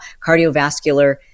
cardiovascular